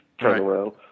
turnaround